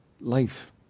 life